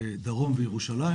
דרום וירושלים.